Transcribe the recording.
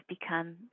become